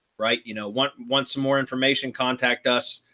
right? you know, once, once more information, contact us,